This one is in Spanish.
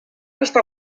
hasta